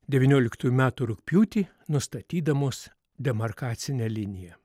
devynioliktųjų metų rugpjūtį nustatydamos demarkacinę liniją